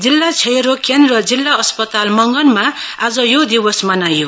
जिल्ला क्षयरोग केन्द्र जिल्ला अस्पताल मंगनमा आज यो दिवस मनाइयो